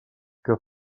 que